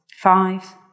Five